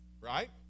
right